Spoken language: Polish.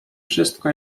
wszystko